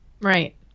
Right